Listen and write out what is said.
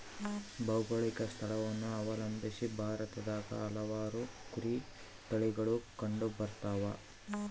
ಭೌಗೋಳಿಕ ಸ್ಥಳವನ್ನು ಅವಲಂಬಿಸಿ ಭಾರತದಾಗ ಹಲವಾರು ಕುರಿ ತಳಿಗಳು ಕಂಡುಬರ್ತವ